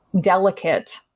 delicate